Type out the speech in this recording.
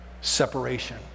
separation